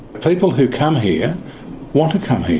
people who come here want to come here.